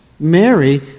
Mary